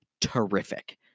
terrific